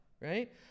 Right